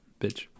Bitch